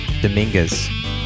Dominguez